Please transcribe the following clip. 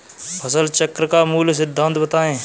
फसल चक्र का मूल सिद्धांत बताएँ?